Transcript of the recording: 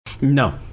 No